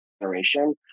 generation